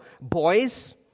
boys